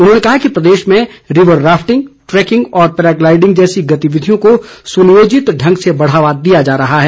उनहोंने कहा कि प्रदेश में रिवर राफ्टिंग ट्रैकिंग और पैराग्लाईडिंग जैसी गतिविधियों को सुनियोजित ढंग से बढ़ावा दिया जा रहा है